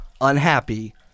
unhappy